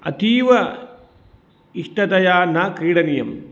अतीव इष्टतया न क्रिडनीयम्